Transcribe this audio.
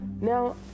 now